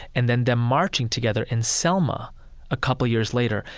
and then them marching together in selma a couple years later.